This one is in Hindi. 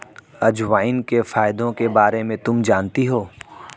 अजवाइन के फायदों के बारे में तुम जानती हो?